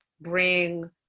bring